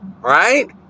Right